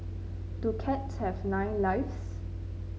do cats have nine lives